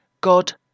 God